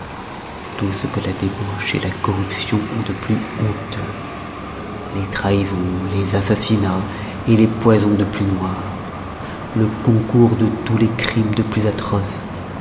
tout ce que la débauche la corruption ont de plus honteux les trahisons les assassinats les poisons de plus noir le concours de tous les crimes de plus atroce